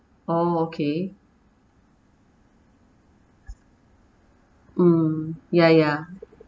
oh okay mm ya ya